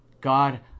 God